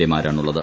A മാരാണുളളത്